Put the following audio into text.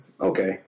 okay